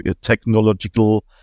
technological